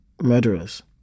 murderers